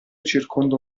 circonda